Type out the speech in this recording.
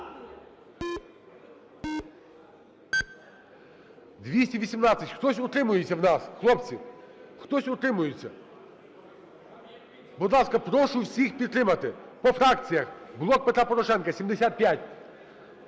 За-218 Хтось утримується в нас. Хлопці, хтось утримується. Будь ласка, прошу всіх підтримати. По фракціях. "Блок Петра Порошенка"